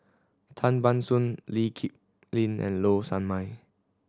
Tan Ban Soon Lee Kip Lin and Low Sanmay